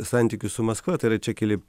santykių su maskva tai yra čia keli